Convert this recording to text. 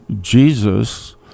jesus